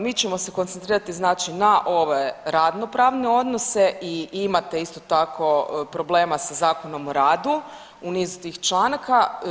Mi ćemo se koncentrirati znači na ove radno pravne odnose i imate isto tako problema sa Zakonom o radu u nizu tih članaka.